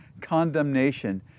condemnation